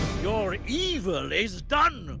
your evil is done,